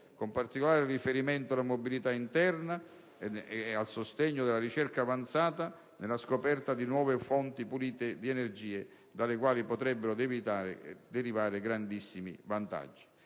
con particolare riferimento alla mobilità interna, nonché al sostegno della ricerca avanzata nella scoperta di nuove fonti pulite di energia, dalle quali potrebbero derivare grandi vantaggi.